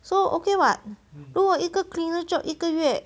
so okay [what] 如果一个 cleaner job 一个月